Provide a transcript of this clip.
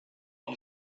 one